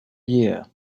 year